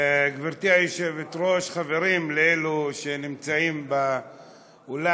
גברתי היושבת-ראש, חברים, אלו שנמצאים באולם.